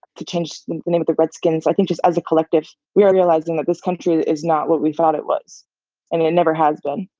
to change the name of the redskins, i think just as a collective we are realizing that this country is not what we thought it was and it never has been.